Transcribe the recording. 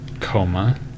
coma